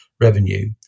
Revenue